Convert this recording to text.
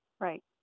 Right